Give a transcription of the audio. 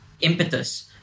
impetus